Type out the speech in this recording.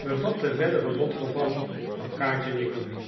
verdere lotgevallen van kaatje nickleby